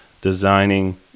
Designing